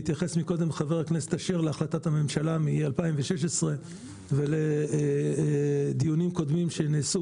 והתייחס מקודם ח"כ אשר להחלטת הממשלה מ-2016 ולדיונים קודמים שנעשו